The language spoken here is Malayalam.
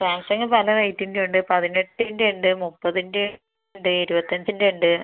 സാംസംഗ് പല റേറ്റിന്റെയും ഉണ്ട് പതിനെട്ടിൻ്റെ ഉണ്ട് മുപ്പതിൻ്റെ ഉണ്ട് ഇരുപത്തിയഞ്ചിന്റെ ഉണ്ട്